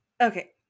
okay